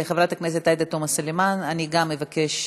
חברת הכנסת עאידה תומא סלימאן, אני גם ממך אבקש,